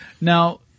Now